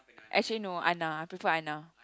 I say no Anna I prefer Anna